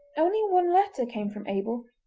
only one letter came from abel,